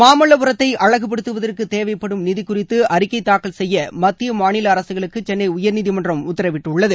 மாமல்லபுரத்தை அழகுபடுத்துவதற்கு தேவைப்படும் நிதி குறித்து அறிக்கை தாக்கல் செய்ய மத்திய மாநில அரசுகளுக்கு சென்னை உயர்நீதிமன்றம் உத்தரவிட்டுள்ளது